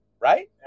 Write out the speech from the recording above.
Right